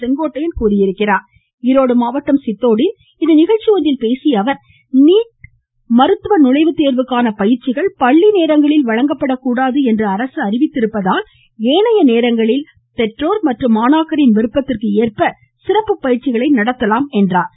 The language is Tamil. செங்கோட்டையன் தெரிவித்துள்ளார் ஈரோடு மாவட்டம் சித்தோடில் இன்று நிகழ்ச்சி ஒன்றில் பேசிய அவர் நீட் மருத்துவ நுழைவுத்தேர்வுக்கான பயிற்சிகள் பள்ளி நேரங்களில் வழங்கக்கூடாது என அரசு அறிவித்துள்ளதால் ஏனைய நேரங்களில் பெற்றோர் மற்றும் மாணாக்கரின் விருப்பதிற்கேற்ப சிறப்பு பயிற்சிகள் நடத்தலாம் என்றும் குறிப்பிட்டார்